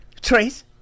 Trace